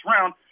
round